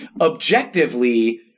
objectively